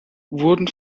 wurden